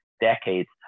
decades